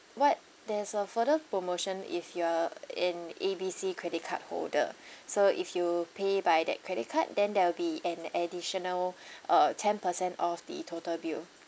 what there's a further promotion if you're a an A B C credit card holder so if you pay by that credit card then there will be an additional uh ten percent off the total bill